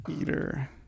eater